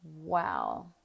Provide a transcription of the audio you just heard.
Wow